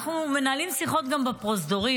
אנחנו מנהלות שיחות גם בפרוזדורים,